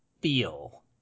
feel